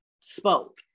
spoke